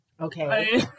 Okay